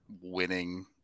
winning